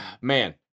man